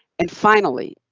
and finally,